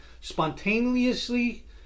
spontaneously